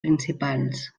principals